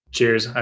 Cheers